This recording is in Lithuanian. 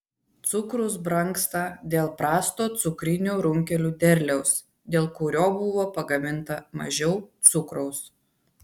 cukrus brangsta dėl prasto cukrinių runkelių derliaus dėl kurio buvo pagaminta mažiau cukraus